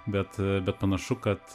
bet bet panašu kad